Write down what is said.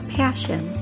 passion